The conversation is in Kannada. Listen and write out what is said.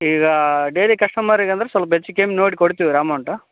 ಈಗ ಡೈಲಿ ಕಸ್ಟಮರಿಗೆ ಅಂದ್ರೆ ಸೊಲ್ಪ ಹೆಚ್ಕಮ್ಮಿ ನೋಡಿ ಕೊಡ್ತೀವಿ ರೀ ಅಮೌಂಟು